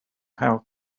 how